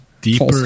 Deeper